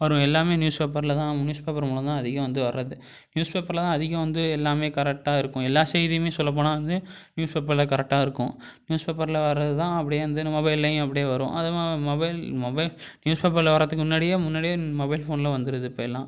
வரும் எல்லாம் நியூஸ் பேப்பரில் தான் நியூஸ் பேப்பர் மூலம் தான் அதிகம் வந்து வர்றது நியூஸ் பேப்பரில் தான் அதிகம் வந்து எல்லாமே கரெக்டாக இருக்கும் எல்லா செய்தியுமே சொல்லப் போனால் வந்து நியூஸ் பேப்பரில் கரெக்டாக இருக்கும் நியூஸ் பேப்பரில் வர்றது தான் அப்படியே வந்து இந்த மொபைல்லையும் அப்படியே வரும் அதுமா மொபைல் மொபைல் நியூஸ் பேப்பரில் வர்றத்துக்கு முன்னாடியே முன்னாடியே மொபைல் ஃபோனில் வந்துடுது இப்போயெல்லாம்